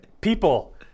People